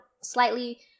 slightly